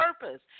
purpose